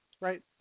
Right